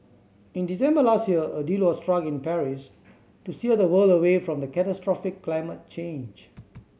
in December last year a deal was struck in Paris to steer the world away from catastrophic climate change